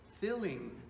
filling